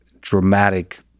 dramatic